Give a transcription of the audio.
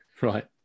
Right